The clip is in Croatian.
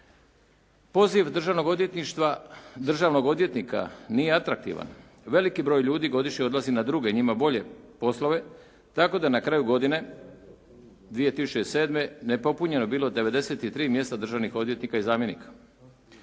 Poziv državnog odvjetnika nije atraktivan. Veliki broj ljudi godišnje odlazi na druge njima bolje poslove tako da na kraju godine 2007. nepopunjeno je bilo 93 mjesta državnih odvjetnika i zamjenika